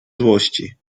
złości